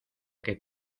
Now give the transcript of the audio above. que